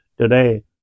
today